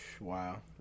Wow